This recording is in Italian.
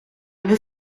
mio